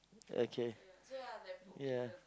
okay ya